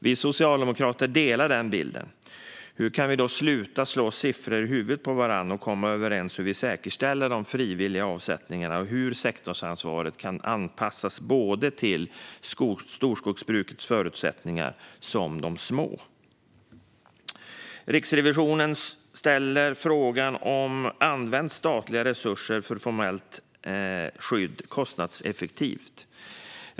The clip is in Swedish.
Vi socialdemokrater delar denna bild. Hur kan vi då sluta slå siffror i huvudet på varandra och komma överens om hur vi säkerställer de frivilliga avsättningarna och hur sektorsansvaret kan anpassas både till storskogsbrukets förutsättningar och till de små skogsägarna? Riksrevisionen ställer frågan: Används statliga resurser för formellt skydd kostnadseffektivt?